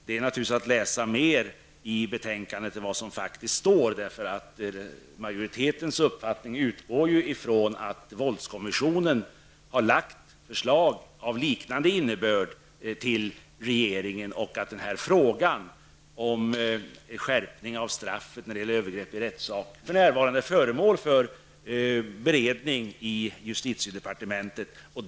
Det är att läsa ut mer av betänkandet än vad som faktiskt står där. Majoritetens uppfattning utgår från att våldskommissionen har lagt fram förslag av liknande innebörd till regeringen och att frågan om skärpning av straffet när det gäller övergrepp i rättssak för närvarande är föremål för beredning i justitiedepartementet.